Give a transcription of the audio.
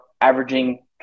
averaging